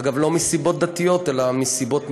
אגב, לא מסיבות דתיות אלא מסיבות מבצעיות.